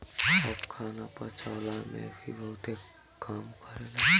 सौंफ खाना पचवला में भी बहुते काम करेला